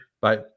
Bye